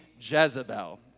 Jezebel